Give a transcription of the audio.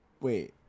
Wait